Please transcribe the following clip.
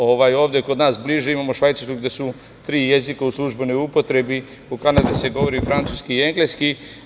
Ovde kod nas bliže imamo Švajcarsku gde su tri jezika u službenoj upotrebi, u Kanadi se govori francuski i engleski.